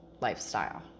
lifestyle